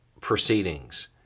proceedings